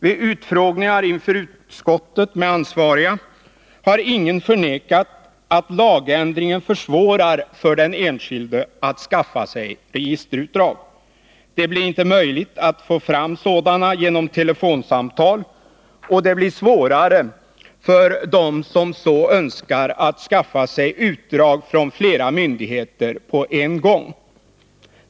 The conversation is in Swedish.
Vid utfrågningar inför utskottet av ansvariga har ingen förnekat att lagändringen försvårar för den enskilde att skaffa sig registerutdrag. Det blir inte möjligt att få fram sådana genom telefonsamtal, och det blir svårare för dem som så Önskar att skaffa sig utdrag från flera myndigheter på en gång.